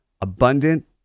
abundant